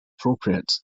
appropriate